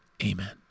Amen